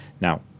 Now